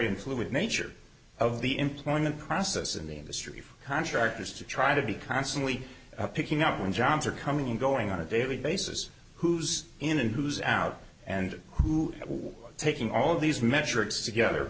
fluid nature of the employment process in the industry for contractors to try to be constantly picking up when jobs are coming and going on a daily basis who's in who's out and who was taking all these metrics together